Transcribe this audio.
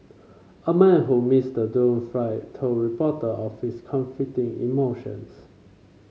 a man who missed the doomed flight told reporter of his conflicting emotions